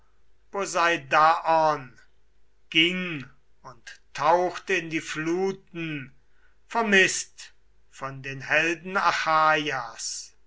ging und taucht in die fluten vermißt von den helden